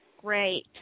Great